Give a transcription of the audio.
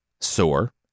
sore